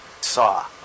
Saw